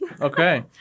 Okay